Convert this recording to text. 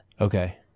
Okay